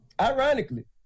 ironically